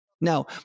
Now